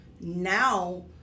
now